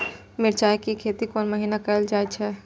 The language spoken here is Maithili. मिरचाय के खेती कोन महीना कायल जाय छै?